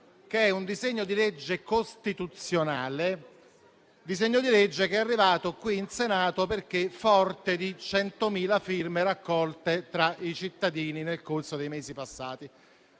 che è un disegno di legge costituzionale, che è arrivato qui in Senato perché forte di 100.000 firme raccolte tra i cittadini nel corso dei mesi passati.